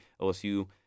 LSU